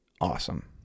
awesome